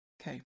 Okay